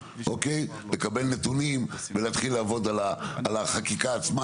לקבל נתונים ולהתחיל לעבוד על החקיקה עצמה,